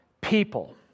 people